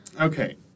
Okay